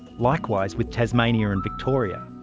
likewise with tasmania and victoria.